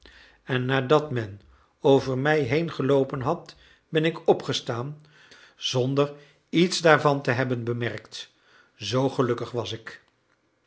en nadat men over mij heengeloopen had ben ik opgestaan zonder iets daarvan te hebben bemerkt zoo gelukkig was ik